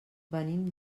venim